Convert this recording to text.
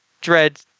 dread